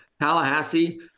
Tallahassee